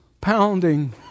pounding